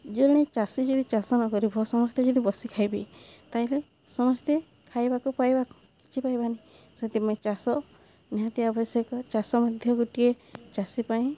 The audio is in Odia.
ଜଣେ ଚାଷୀ ଯଦି ଚାଷ ନ କରିବ ସମସ୍ତେ ଯଦି ବସି ଖାଇବେ ତା'ହେଲେ ସମସ୍ତେ ଖାଇବାକୁ ପାଇବା କିଛି ପାଇବାନି ସେଥିପାଇଁ ଚାଷ ନିହାତି ଆବଶ୍ୟକ ଚାଷ ମଧ୍ୟ ଗୋଟିଏ ଚାଷୀ ପାଇଁ